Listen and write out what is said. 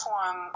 one